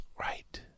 right